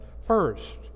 first